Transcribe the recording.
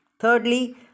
Thirdly